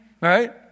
Right